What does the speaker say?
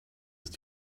ist